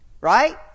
Right